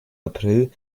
april